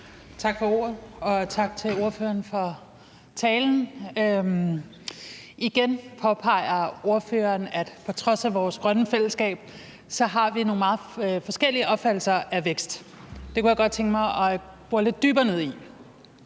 Tak for ordet, og tak til ordføreren for talen. Igen påpeger ordføreren, at på trods af vores grønne fællesskab har vi nogle meget forskellige opfattelser af vækst. Det kunne jeg godt tænke mig at bore lidt dybere ned i.